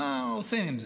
מה עושים עם זה?